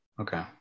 Okay